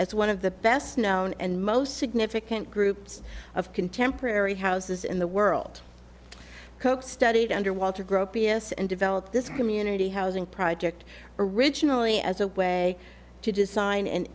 as one of the best known and most significant groups of contemporary houses in the world koch studied under walter gropius and developed this community housing project originally as a way to design an